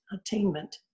attainment